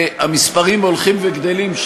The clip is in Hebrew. והמספרים הולכים וגדלים,